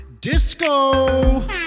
Disco